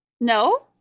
No